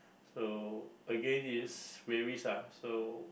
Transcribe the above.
so again is varies ah so